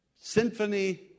Symphony